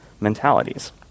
mentalities